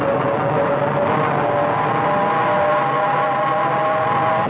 or